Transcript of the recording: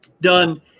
done